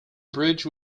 bridge